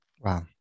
Wow